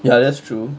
ya that's true